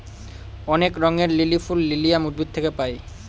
অনেক রঙের লিলি ফুল লিলিয়াম উদ্ভিদ থেকে পায়